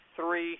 three